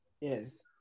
yes